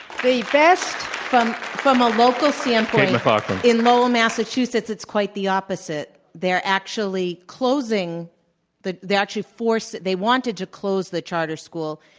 the best from from a local standpoint in lowell, massachusetts, it's quite the opposite. they are actually closing the they actually force they wanted to close the charter school.